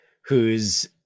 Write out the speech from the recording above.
who's-